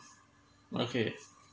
okay